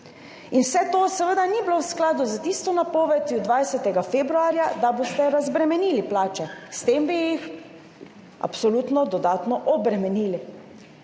Vse to seveda ni bilo v skladu s tisto napovedjo 20. februarja, da boste razbremenili plače, s tem bi jih absolutno dodatno obremenili.